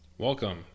Welcome